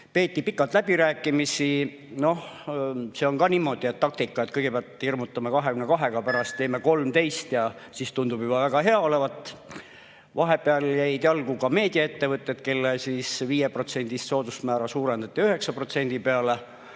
Peeti pikalt läbirääkimisi, noh, see on ka niisugune taktika, et kõigepealt hirmutatakse 22-ga, pärast tehakse 13 ja siis tundub juba väga hea olevat. Vahepeal jäid jalgu ka meediaettevõtted, kelle 5%-list soodusmäära suurendati 9% peale.